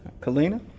Kalina